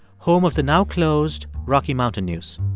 home of the now-closed rocky mountain news.